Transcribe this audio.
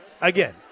again